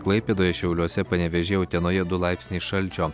klaipėdoje šiauliuose panevėžyje utenoje du laipsniai šalčio